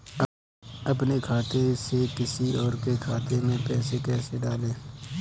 अपने खाते से किसी और के खाते में पैसे कैसे डालें?